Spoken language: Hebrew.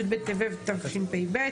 י' בטבת תשפ"ב,